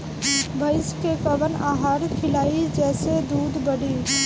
भइस के कवन आहार खिलाई जेसे दूध बढ़ी?